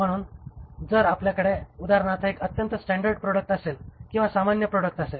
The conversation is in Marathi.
म्हणून आणि जर आपल्याकडे उदाहरणार्थ एक अत्यंत स्टॅंडर्ड प्रॉडक्ट असेल किंवा सामान्य प्रॉडक्ट असेल